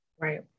Right